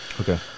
Okay